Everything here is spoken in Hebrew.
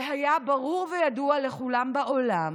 זה היה ברור וידוע לכולם בעולם,